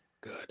Good